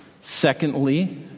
Secondly